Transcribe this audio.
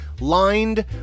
lined